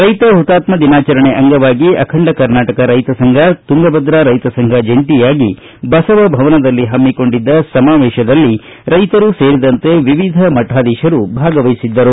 ರೈತ ಹುತಾತ್ನ ದಿನಾಚರಣೆ ಅಂಗವಾಗಿ ಅಖಂಡ ಕರ್ನಾಟಕ ರೈತ ಸಂಘ ತುಂಗಭದ್ರ ರೈತ ಸಂಘ ಜಂಟಿಯಾಗಿ ಬಸವ ಭವನದಲ್ಲಿ ಹಮ್ಮಿಕೊಂಡಿದ್ದ ಈ ಸಮಾವೇಶದಲ್ಲಿ ವಿವಿಧ ಮಠಾಧೀಶರು ಭಾಗವಹಿಸಿದ್ದರು